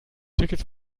tickets